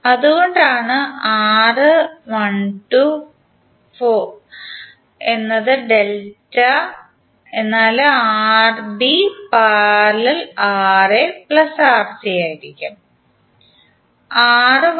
അതുകൊണ്ടാണ് for delta എന്നാൽ Rb || Ra Rc ആയിരിക്കും